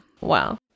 wow